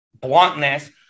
bluntness